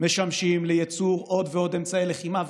משמשים לייצור עוד ועוד אמצעי לחימה.